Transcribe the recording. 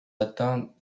atteint